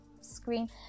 screen